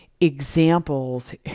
examples